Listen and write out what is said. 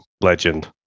legend